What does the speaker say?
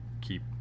keep